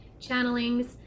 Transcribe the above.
channelings